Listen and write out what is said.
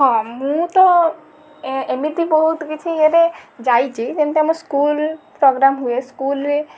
ହଁ ମୁଁ ତ ଏମିତି ବହୁତ କିଛି ୟେରେ ଯାଇଛି କିନ୍ତୁ ଆମ ସ୍କୁଲ ସ୍କୁଲ ପ୍ରୋଗ୍ରାମ୍ ହୁଏ ସ୍କୁଲରେ